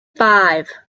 five